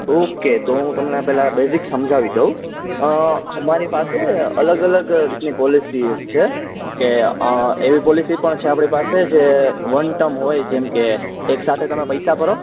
okay તો હું તમને પેલા બેઝિક સમઝવી દઉં અમારી પાસે અલગ અલગ રીતની પોલિસીસ છે કે એવી પોલિસી પણ છે આપળી પાસે જે વન ટર્મ હોય જેમકે એકસાથે તમે પૈસા ભરો